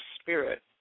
Spirit